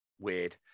weird